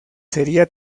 sería